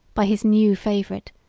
by his new favorite,